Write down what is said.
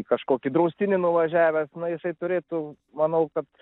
kažkokį draustinį nuvažiavęs na jisai turėtų manau kad